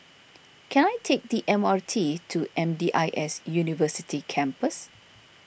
can I take the M R T to M D I S University Campus